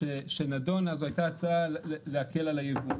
שנדונה הייתה הצעה להקל על הייבוא